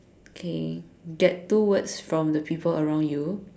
okay get two words from the people around you